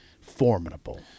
formidable